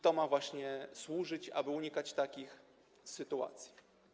To ma właśnie temu służyć, aby unikać takich sytuacji.